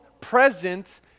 present